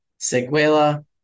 Seguela